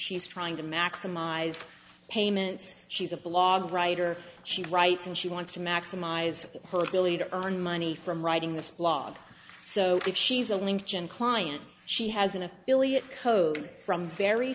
she's trying to maximize payments she's a blog writer she writes and she wants to maximize billy to earn money from writing this blog so if she's a lincoln client she has an affiliate code from very